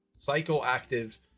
Psychoactive